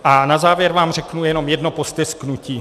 A na závěr vám řeknu jenom jedno postesknutí.